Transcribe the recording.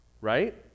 Right